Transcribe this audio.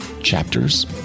chapters